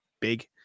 big